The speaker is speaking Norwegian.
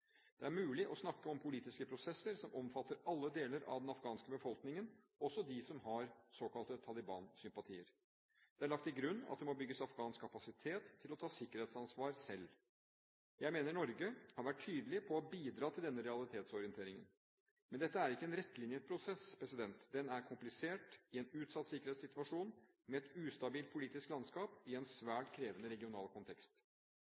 Det er mulig å snakke om politiske prosesser som omfatter alle deler av den afghanske befolkningen, også de som har såkalte Taliban-sympatier. Det er lagt til grunn at det må bygges afghansk kapasitet til å ta sikkerhetsansvar selv. Jeg mener Norge har vært tydelig på å bidra til denne realitetsorienteringen. Men dette er ikke en rettlinjet prosess, den er komplisert, i en utsatt sikkerhetssituasjon, med et ustabilt politisk landskap i en